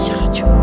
Radio